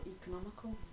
economical